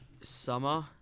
Summer